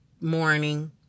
morning